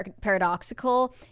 paradoxical